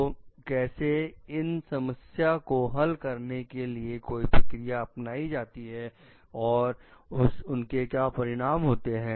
तो कैसे इस समस्या को हल करने के लिए कोई प्रक्रिया अपनाई जाती है और उसके क्या परिणाम होते हैं